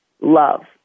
love